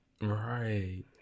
Right